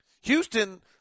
Houston